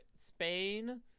Spain